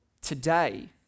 today